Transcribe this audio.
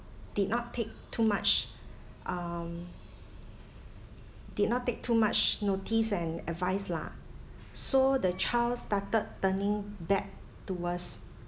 did not take too much um did not take too much notice and advice lah so the child started turning bad to worse